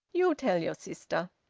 you'll tell your sister.